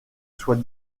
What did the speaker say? soit